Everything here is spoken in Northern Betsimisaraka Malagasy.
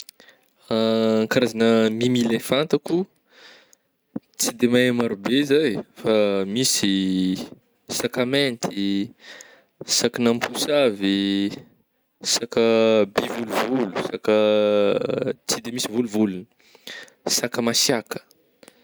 Karazagna mimi le fantako, tsy de mahay maro be zah eh, fa misy saka mainty, sakagna mposavy, saka by volovolo, saka tsy de misy volovolgny, saka masiàka.